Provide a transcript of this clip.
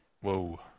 Whoa